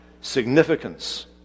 significance